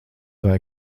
vai